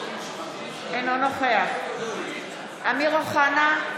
אינו נוכח אמיר אוחנה,